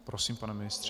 Prosím, pane ministře.